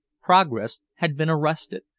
progress had been arrested,